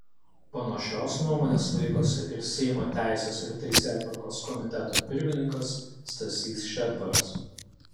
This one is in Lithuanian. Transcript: panašios nuomonės laikosi ir seimo teisės ir teisėtvarkos komiteto pirmininkas stasys šedbaras